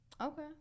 Okay